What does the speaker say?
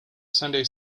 sunday